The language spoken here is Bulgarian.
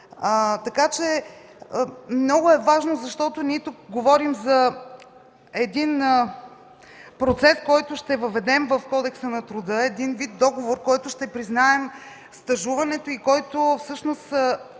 Много е важно, защото тук говорим за един процес, който ще въведем в Кодекса на труда – един вид договор, с който ще признаем стажуването, чрез който ще